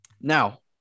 Now